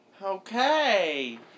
Okay